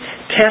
Test